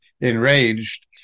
enraged